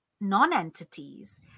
non-entities